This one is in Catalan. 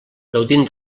gaudint